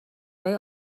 های